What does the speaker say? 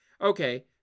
okay